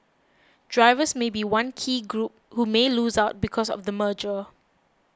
drivers may be one key group who may lose out because of the merger